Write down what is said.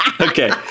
Okay